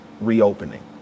reopening